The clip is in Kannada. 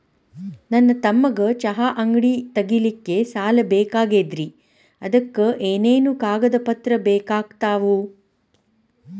ನನ್ನ ತಮ್ಮಗ ಚಹಾ ಅಂಗಡಿ ತಗಿಲಿಕ್ಕೆ ಸಾಲ ಬೇಕಾಗೆದ್ರಿ ಅದಕ ಏನೇನು ಕಾಗದ ಪತ್ರ ಬೇಕಾಗ್ತವು?